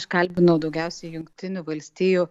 aš kalbinau daugiausiai jungtinių valstijų